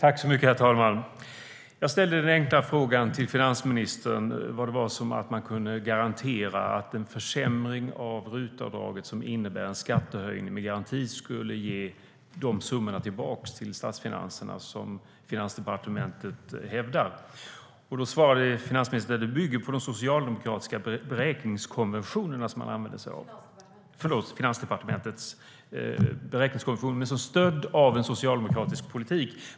Herr talman! Jag ställde den enkla frågan till finansministern: Hur kan man garantera att en försämring av RUT-avdraget, som innebär en skattehöjning, ger de summor tillbaka till statsfinanserna som Finansdepartementet hävdar? Då svarade finansministern: Det bygger på Finansdepartementets beräkningskonventioner, med stöd av en socialdemokratisk politik.